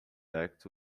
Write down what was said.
act